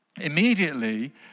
Immediately